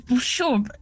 sure